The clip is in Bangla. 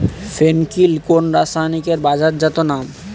ফেন কিল কোন রাসায়নিকের বাজারজাত নাম?